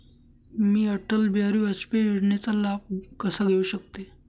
मी अटल बिहारी वाजपेयी योजनेचा लाभ कसा घेऊ शकते?